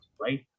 right